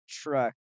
truck